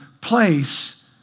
place